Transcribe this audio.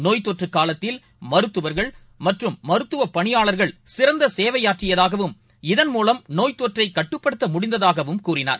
நோய் தொற்றுகாலத்தில் மருத்துவர்கள் மற்றும் மருத்துவப் பணியாளர்கள் சிறந்தசேவையாற்றியதாகவும் இதன் மூலம் நோய் தொற்றைகட்டுப்படுத்தமுடிந்ததாகவும் கூறினார்